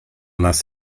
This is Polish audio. nas